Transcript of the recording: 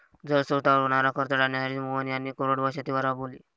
जलस्रोतांवर होणारा खर्च टाळण्यासाठी मोहन यांनी कोरडवाहू शेती राबवली